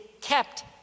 kept